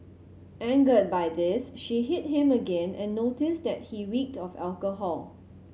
angered by this she hit him again and noticed that he reeked of alcohol